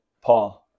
Paul